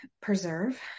preserve